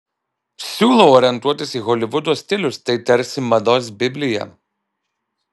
siūlau orientuotis į holivudo stilius tai tarsi mados biblija